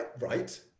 Right